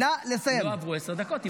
לא עברו עשר דקות.